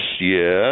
yes